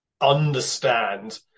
understand